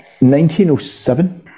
1907